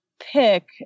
pick